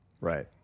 Right